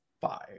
five